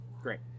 Great